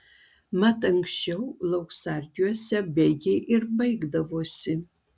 mat anksčiau lauksargiuose bėgiai ir baigdavosi